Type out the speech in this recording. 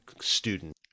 student